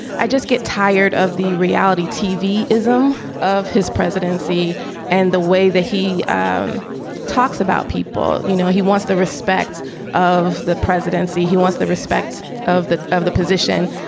i just get tired of the reality tv ism of his presidency and the way that he um talks about people. you know, he wants the respect of the presidency. he wants the respect of the of the position.